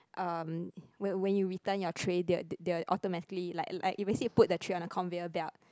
um when when you return your tray they'll they'll automatically like like it would say put the tray on the conveyor belt